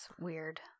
weird